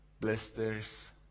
blisters